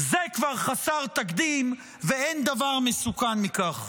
כבר חסר תקדים, ואין דבר מסוכן מכך.